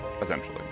essentially